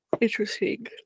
interesting